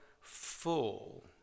full